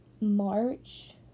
March